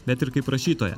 bet ir kaip rašytoja